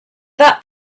that